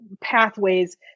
pathways